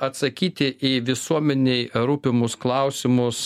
atsakyti į visuomenei rūpimus klausimus